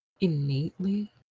innately